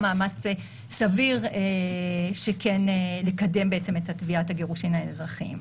מאמץ סביר לקדם את תביעת הגירושין האזרחית.